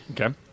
Okay